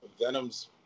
Venom's